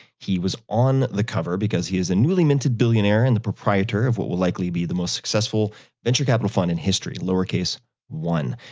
he was on the cover because he is a newly minted billionaire and the proprietor of what will likely be the most successful venture capital fund in history, lowercase one.